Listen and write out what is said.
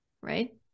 right